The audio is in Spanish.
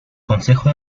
consejo